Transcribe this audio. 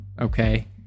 Okay